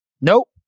Nope